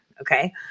okay